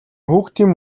хүүхдийн